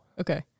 Okay